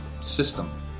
system